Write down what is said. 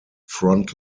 front